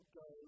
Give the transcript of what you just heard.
go